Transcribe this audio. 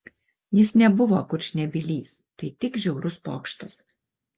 jis nebuvo kurčnebylis tai tik žiaurus pokštas